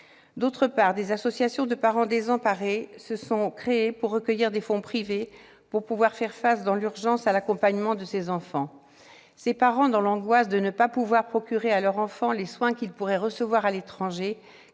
Au reste, des associations de parents désemparés se sont créées pour recueillir des fonds privés afin de pouvoir faire face, dans l'urgence, à l'accompagnement de ces enfants. Ces parents, dans l'angoisse de ne pas pouvoir procurer à leur enfant les soins qu'il pourrait recevoir à l'étranger,